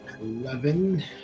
Eleven